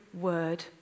word